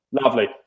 Lovely